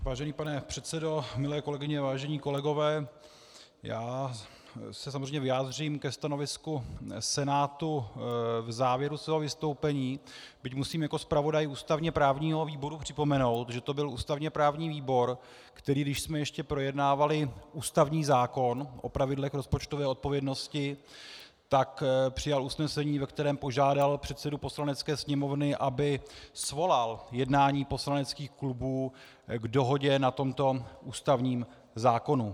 Vážený pane předsedo, milé kolegyně, vážení kolegové, já se samozřejmě vyjádřím ke stanovisku Senátu v závěru svého vystoupení, byť musím jako zpravodaj ústavněprávního výboru připomenout, že to byl ústavněprávní výbor, který když jsme ještě projednávali ústavní zákon o pravidlech rozpočtové odpovědnosti, tak přijal usnesení, ve kterém požádal předsedu Poslanecké sněmovny, aby svolal jednání poslaneckých klubů k dohodě na tomto ústavním zákonu.